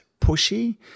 pushy